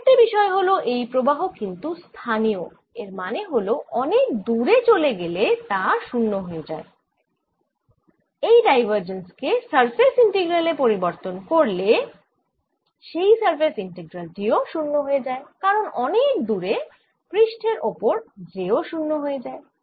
আরেকটি বিষয় হল এই প্রবাহ কিন্তু স্থানীয় এর মানে হল অনেক দূরে চলে গেলে তা 0 হয়ে যায় এই ডাইভার্জেন্স কে সারফেস ইন্টিগ্রাল এ পরিবর্তন করলে সেই সারফেস ইন্টিগ্রাল টিও 0 হয়ে যায় কারণ অনেক দূরে পৃষ্ঠের ওপর j ও 0 হয়ে যায়